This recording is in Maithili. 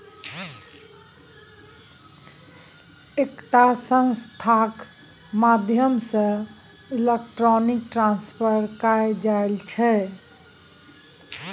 एकटा संस्थाक माध्यमसँ इलेक्ट्रॉनिक ट्रांसफर कएल जाइ छै